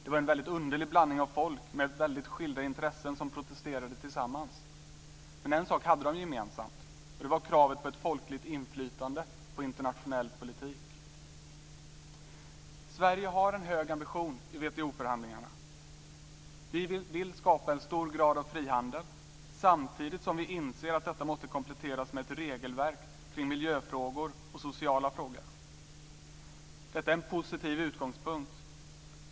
Det var en väldigt underlig blandning av folk med väldigt skilda intressen som protesterade tillsammans, men en sak hade de gemensamt och det var kravet på ett folkligt inflytande i internationell politik. Sverige har en hög ambition i WTO förhandlingarna. Vi vill skapa en stor grad av frihandel samtidigt som vi inser att detta måste kompletteras med ett regelverk kring miljöfrågor och sociala frågor. Detta är en positiv utgångspunkt.